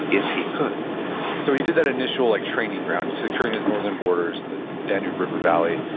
if he could so, he did that initial like training ground, securing his northern borders and the daniel river valley.